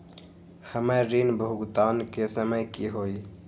हमर ऋण भुगतान के समय कि होई?